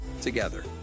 together